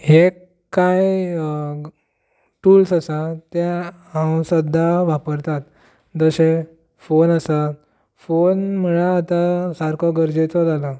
हे कांय टुल्स आसात ते हांव सद्दां वापरतां जशें फोन आसा फोन म्हळ्यार आतां सारको गरजेचो जाला